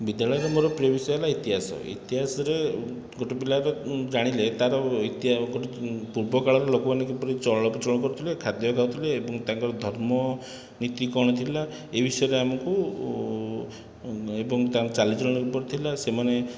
ବିଦ୍ୟାଳୟରେ ମୋର ପ୍ରିୟ ବିଷୟ ହେଲା ଇତିହାସ ଇତିହାସରେ ଗୋଟିଏ ପିଲାର ଜାଣିଲେ ତାର ପୂର୍ବ କାଳର ଲୋକମାନେ କିପରି ଚଳପ୍ରଚଳ କରୁଥିଲେ ଖାଦ୍ୟ ଖାଉଥିଲେ ଏବଂ ତାଙ୍କର ଧର୍ମ ନୀତି କ'ଣ ଥିଲା ଏହି ବିଷୟରେ ଆମକୁ ଏବଂ ତାଙ୍କର ଚାଲିଚଳନି କିପରି ଥିଲା ସେମାନେ